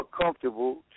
comfortable